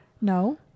No